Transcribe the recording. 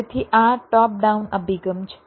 તેથી આ top down અભિગમ છે